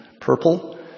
purple